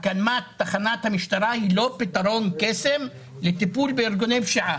הקמת תחנת משטרה היא לא פתרון קסם לטיפול בארגוני פשיעה.